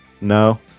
No